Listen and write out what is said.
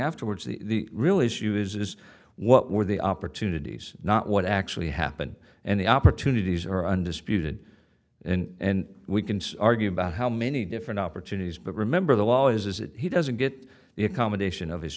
afterwards the real issue is what were the opportunities not what actually happened and the opportunities are undisputed and we can argue about how many different opportunities but remember the law is that he doesn't get the accommodation of his